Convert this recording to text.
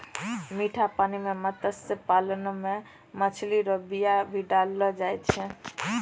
मीठा पानी मे मत्स्य पालन मे मछली रो बीया भी डाललो जाय छै